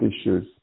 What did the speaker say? issues